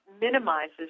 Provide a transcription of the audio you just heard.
minimizes